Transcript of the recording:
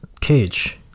Cage